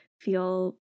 feel